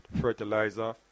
fertilizer